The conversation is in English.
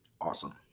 Awesome